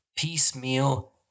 piecemeal